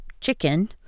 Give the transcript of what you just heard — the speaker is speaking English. chicken